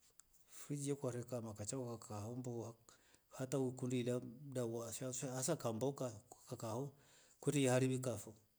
Friji ye kwarekama kama chao kaa hofomboa hata hukundi ila mda usha hasa kamboka kaa ho kwete yeharibika fosa.